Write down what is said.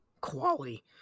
quality